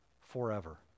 forever